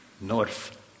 North